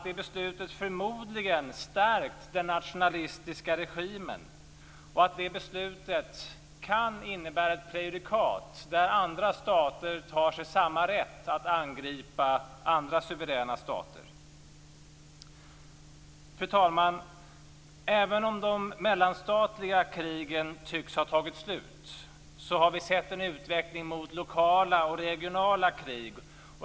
Det beslutet har förmodligen stärkt den nationalistiska regimen, och det beslutet kan innebära ett prejudikat där andra stater tar sig samma rätt att angripa andra suveräna stater. Fru talman! Även om de mellanstatliga krigen tycks ha tagit slut har vi sett en utveckling mot lokala och regionala krig.